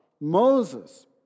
Moses